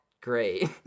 great